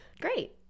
Great